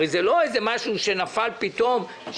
הרי זה לא משהו שצץ פתאום.